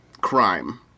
crime